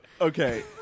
Okay